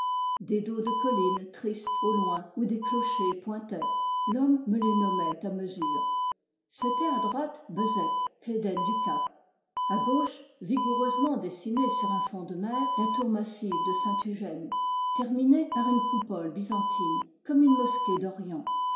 des dos de collines tristes au loin où des clochers pointaient l'homme me les nommait à mesure c'étaient à droite beuzec cléden du cap à gauche vigoureusement dessinée sur'un fond de mer la tour massive de saint tujenn ter minée par une coupole byzantine comme une mosquée